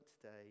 today